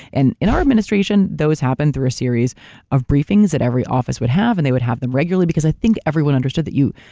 and in our administration, those happen through a series of briefings that every office would have, and they would have them regularly because i think everyone understood that you.